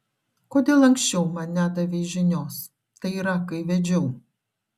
kodėl anksčiau man nedavei žinios tai yra kai vedžiau